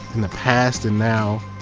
in the past and now,